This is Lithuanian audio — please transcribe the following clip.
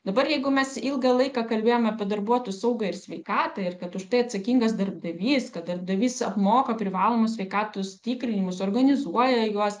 dabar jeigu mes ilgą laiką kalbėjome apie darbuotojų saugą ir sveikatą ir kad už tai atsakingas darbdavys kad darbdavys apmoka privalomus sveikatos tikrinimus organizuoja juos